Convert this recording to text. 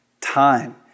time